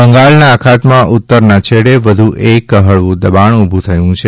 બંગાળના અખાતમાં ઉત્તરના છેડે વધુ એક હળવું દબાણ ઊભું થયું છે